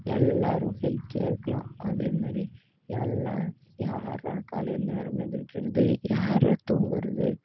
எல்லோரும் ஹெல்த்தியாக இருக்கலாம் அதேமாதிரி எல்லாம் யார்றா காலையில் நேரமாக எழுந்திரிக்கிறது யார்றா தூங்குகிறது